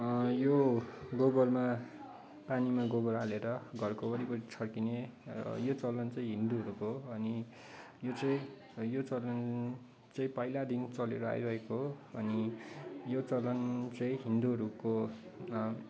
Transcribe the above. यो गोबरमा पानीमा गोबर हालेर घरको वरिपरि छर्किने र यो चलन चाहिँ हिन्दुहरूको हो अनि यो चाहिँ यो चलन चाहिँ पहिलादेखि चलेर आइरहेको हो अनि यो चलन चाहिँ हिन्दुहरूको